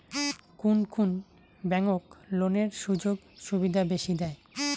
কুন কুন ব্যাংক লোনের সুযোগ সুবিধা বেশি দেয়?